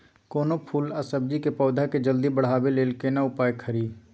कोनो फूल आ सब्जी के पौधा के जल्दी बढ़ाबै लेल केना उपाय खरी?